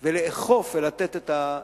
ולאכוף ולתת את הקנס.